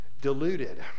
deluded